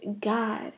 God